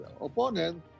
opponent